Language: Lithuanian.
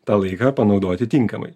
tą laiką panaudoti tinkamai